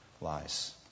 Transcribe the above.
lies